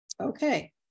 Okay